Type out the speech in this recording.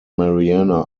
mariana